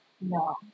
no